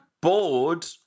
bored